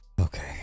okay